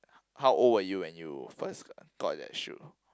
how old were you when you first got that shoe